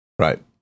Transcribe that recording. Right